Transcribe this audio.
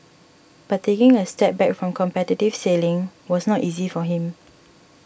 but in a step back from competitive sailing was not easy for him